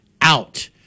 out